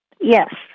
Yes